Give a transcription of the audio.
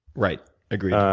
right. agreed.